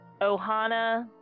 Ohana